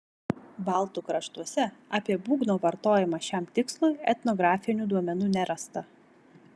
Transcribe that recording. baltų kraštuose apie būgno vartojimą šiam tikslui etnografinių duomenų nerasta